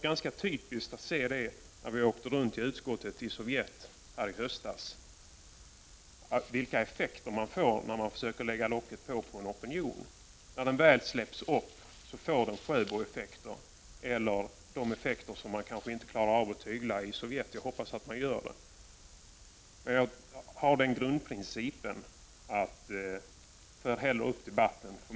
Jag tycker att vi när vi åkte runt med utskottet i Sovjet i höstas fick se ett ganska typiskt exempel på vilka effekter man får när man försöker lägga lock på en opinion. När den väl släppts fram får man Sjöboeffekter eller kanske sådana effekter som man i Sovjet inte klarar att tygla. Jag hoppas att man man skall lyckas med det. Jag har den grundprincipen att man bör släppa fram debatten.